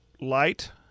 light